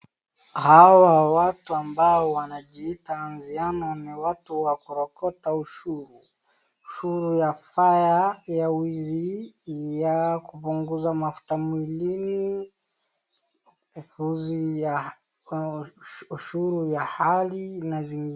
Hawa watu ambao wanajiita anziano ni watu wa kurokota ushuru. Ushuru ya fire ya wizi, ya kupunguza mafuta mwilini, ushuru ya hali na zingine.